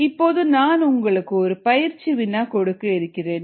இப்போது நான் உங்களுக்கு ஒரு பயிற்சி வினா கொடுக்க இருக்கிறேன்